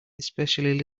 especially